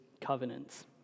covenants